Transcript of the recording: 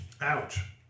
Ouch